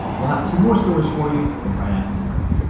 we'll have two more stories for you right after the break